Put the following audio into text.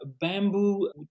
bamboo